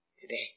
today